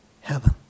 heaven